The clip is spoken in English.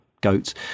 goats